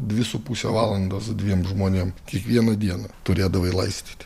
dvi su puse valandos dviem žmonėm kiekvieną dieną turėdavai laistyti